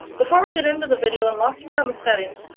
before we get into the video and locking down the settings,